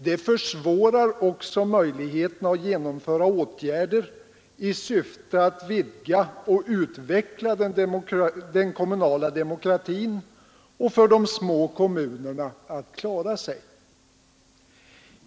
Detta försämrar också möjligheterna att genomföra åtgärder i syfte att vidga och utveckla den kommunala demokratin och gör det svårare för de små kommunerna att klara sig.